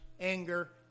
anger